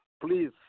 please